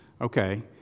Okay